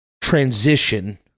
transition